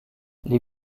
les